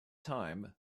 time